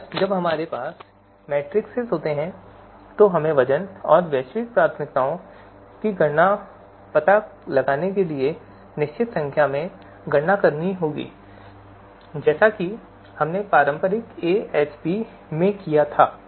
एक बार जब हमारे पास वे मैट्रिसेस होते हैं तो हमें वज़न और फिर वैश्विक प्राथमिकता गणनाओं का पता लगाने के लिए निश्चित संख्या में गणना करनी होती है जैसा कि हमने पारंपरिक एएचपी में किया था